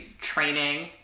training